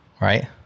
right